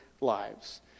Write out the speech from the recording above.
lives